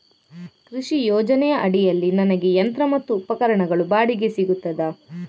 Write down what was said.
ಕೃಷಿ ಯೋಜನೆ ಅಡಿಯಲ್ಲಿ ನನಗೆ ಯಂತ್ರ ಮತ್ತು ಉಪಕರಣಗಳು ಬಾಡಿಗೆಗೆ ಸಿಗುತ್ತದಾ?